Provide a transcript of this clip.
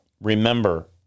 remember